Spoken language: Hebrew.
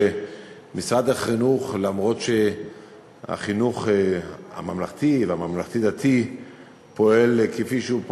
אף שהחינוך הממלכתי והממלכתי-דתי פועלים כפי שהם פועלים,